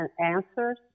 answers